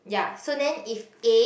ya so then if A